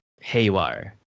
haywire